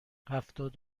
هفتاد